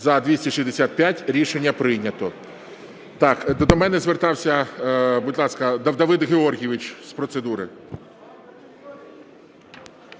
За-265 Рішення прийнято. Так, до мене звертався… Будь ласка, Давид Георгійович, з процедури.